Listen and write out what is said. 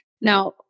Now